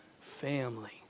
family